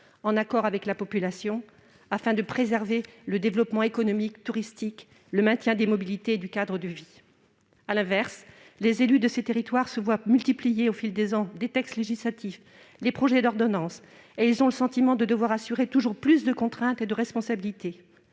en accord avec la population, afin de préserver le développement économique, touristique et le maintien des mobilités et du cadre de vie. À l'inverse, les élus de ces territoires voient, au fil des ans, se multiplier textes législatifs ou projets d'ordonnances, et ont le sentiment de devoir assurer toujours plus de contraintes et de responsabilité.